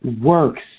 works